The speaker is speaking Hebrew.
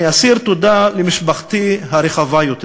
אני אסיר תודה למשפחתי הרחבה יותר.